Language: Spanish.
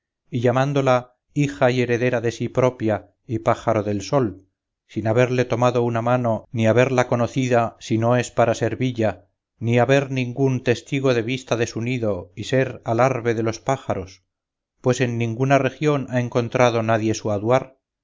y llamándola hija y heredera de sí propia y pájaro del sol sin haberle tomado una mano ni haberla conocido si no es para servilla ni haber ningún testigo de vista de su nido y ser alarbe de los pájaros pues en ninguna región ha encontrado nadie su aduar